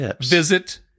visit